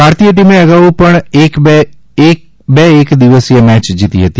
ભારતીય ટીમે અગાઉ પણ બે એક દિવસીય મેચ જીતી હતી